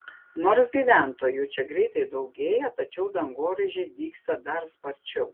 nors gyventojų čia greitai daugėja tačiau dangoraižiai dygsta dar sparčiau